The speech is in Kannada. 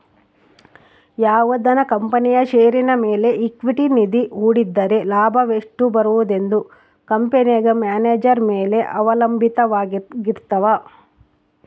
ಯಾವುದನ ಕಂಪನಿಯ ಷೇರಿನ ಮೇಲೆ ಈಕ್ವಿಟಿ ನಿಧಿ ಹೂಡಿದ್ದರೆ ಲಾಭವೆಷ್ಟು ಬರುವುದೆಂದು ಕಂಪೆನೆಗ ಮ್ಯಾನೇಜರ್ ಮೇಲೆ ಅವಲಂಭಿತವಾರಗಿರ್ತವ